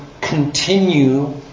continue